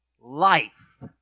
life